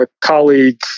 colleague